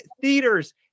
theaters